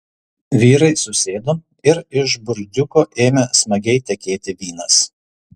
vyrai susėdo ir iš burdiuko ėmė smagiai tekėti vynas